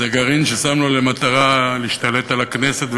זה גרעין ששם לו למטרה להשתלט על הכנסת,